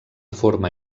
forma